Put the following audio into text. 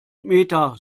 meta